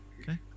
Okay